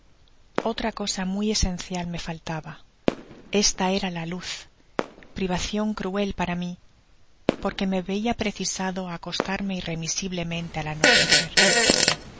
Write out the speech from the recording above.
otra cosa muy esencial me faltaba esta era la luz privacion cruel para mí porque me veia precisado á acostarme irremisiblemente al anochecer